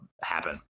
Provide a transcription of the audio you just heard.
happen